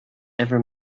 ever